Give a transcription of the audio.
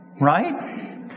Right